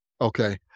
Okay